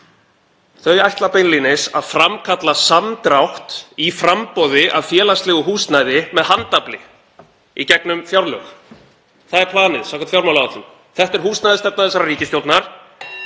ætlar beinlínis að framkalla samdrátt í framboði á félagslegu húsnæði með handafli í gegnum fjárlög. Það er planið samkvæmt fjármálaáætlun. Þetta er húsnæðisstefna þessarar ríkisstjórnar.